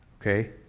Okay